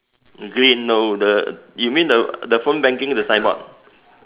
green no the you mean the the phone banking the sign board